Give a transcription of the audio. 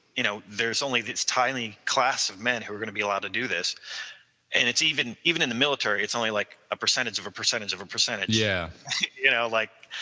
you know there is only, it's tiny class of men, who are going to be allowed to do this and it's even even in the military, it's only like a percentage, of a percentage, of a percentage yeah you know like,